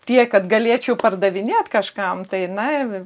tiek kad galėčiau pardavinėt kažkam tai na